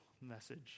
message